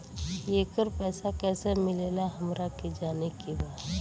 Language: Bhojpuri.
येकर पैसा कैसे मिलेला हमरा के जाने के बा?